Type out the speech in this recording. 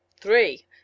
Three